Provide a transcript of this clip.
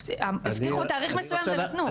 הבטיחו תאריך מסוים ולא נתנו.